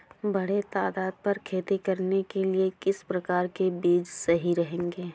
बड़े तादाद पर खेती करने के लिए किस प्रकार के बीज सही रहेंगे?